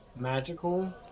magical